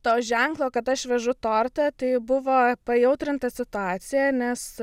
to ženklo kad aš vežu tortą tai buvo pajautrinta situacija nes